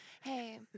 Hey